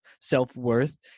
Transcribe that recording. self-worth